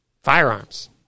firearms